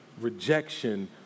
rejection